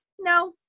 No